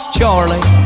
Charlie